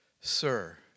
Sir